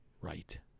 Right